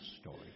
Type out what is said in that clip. story